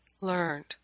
learned